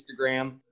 Instagram